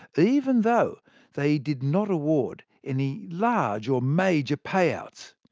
even though they did not award any large or major pay-outs.